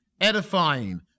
Edifying